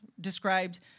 described